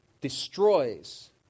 destroys